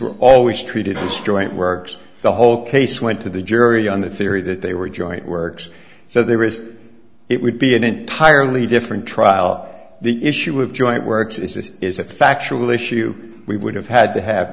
were always treated as joint works the whole case went to the jury on the theory that they were joint works so there is it would be an entirely different trial the issue of joint works is this is a factual issue we would have had to have